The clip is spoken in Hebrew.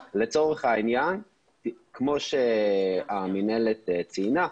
-- לצורך העניין כמו שהמינהלת ציינה,